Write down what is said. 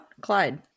Clyde